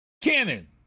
Cannon